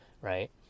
right